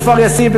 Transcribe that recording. בכפר-יאסיף,